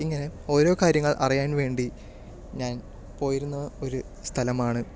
ഇങ്ങനെ ഓരോ കാര്യങ്ങൾ അറിയാൻ വേണ്ടി ഞാൻ പോയിരുന്ന ഒരു സ്ഥലമാണ്